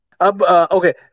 okay